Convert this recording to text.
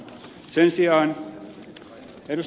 sen sijaan ed